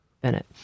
Bennett